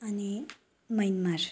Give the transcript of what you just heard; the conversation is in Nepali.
अनि म्यानमार